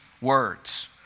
words